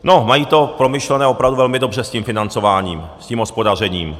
No, mají to promyšlené opravdu velmi dobře s tím financováním, s tím hospodařením.